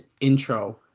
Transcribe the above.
intro